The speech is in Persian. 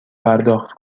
پرداخت